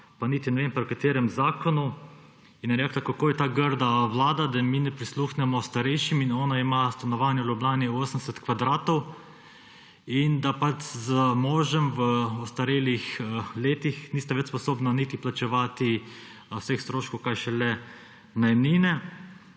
pa niti ne vem, pri katerem zakonu, in je rekla, kako je grda ta vlada, da mi ne prisluhnemo starejšim. Ona ima stanovanje v Ljubljani 80 kvadratov in da z možem v ostarelih letih nista več sposobna niti plačevati vseh stroškov kaj šele najemnine.